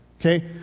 okay